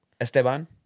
Esteban